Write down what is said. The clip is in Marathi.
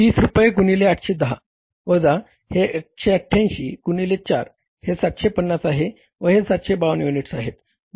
30 रुपये गुणिले 810 वजा हे 188 गुणिले 4 हे 750 आहे व हे 752 युनिट्स आहेत बरोबर